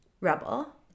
Rebel